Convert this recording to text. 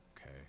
Okay